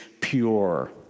pure